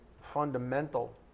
fundamental